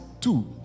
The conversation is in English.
Two